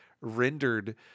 rendered